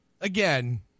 again